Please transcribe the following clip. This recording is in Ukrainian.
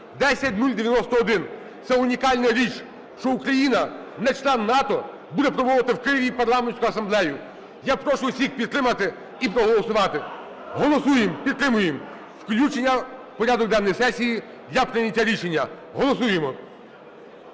(10091). Це унікальна річ, що Україна не член НАТО буде проводити в Києві Парламентську асамблею. Я прошу усіх підтримати і проголосувати. Голосуємо. Підтримуємо включення в порядок денний сесії для прийняття рішення. Голосуємо.